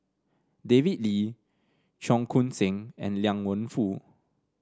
David Lee Cheong Koon Seng and Liang Wenfu